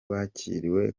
bakiriwe